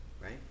right